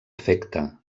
afecta